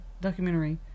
Documentary